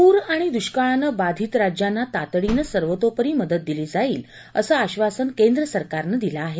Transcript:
प्र आणि दुष्काळानं बाधित राज्यांना तातडीनं सर्वतोपरी मदत दिली जाईल असं आश्वासन केंद्र सरकारनं दिलं आहे